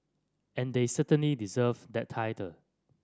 and they certainly deserve that title